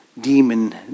demon